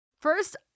First